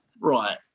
right